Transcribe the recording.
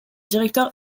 directeur